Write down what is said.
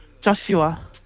Joshua